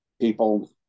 People